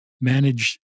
manage